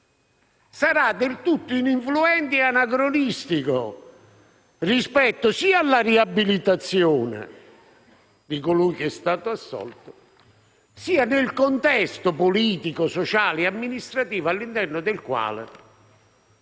sarà del tutto ininfluente e anacronistico rispetto sia alla riabilitazione di colui che è stato assolto, sia al contesto politico, sociale e amministrativo all'interno del quale